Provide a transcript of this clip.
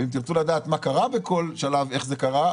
ואם תרצו לדעת מה קרה בכל שלב ואיך זה קרה,